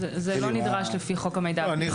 זה לא נדרש לפי חוק המידע הפלילי.